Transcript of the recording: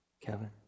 Kevin